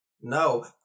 No